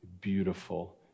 beautiful